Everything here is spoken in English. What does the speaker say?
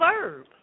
verb